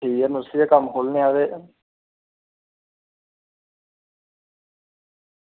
ठीक ऐ नर्सरी दा कम्म खोलने आं ते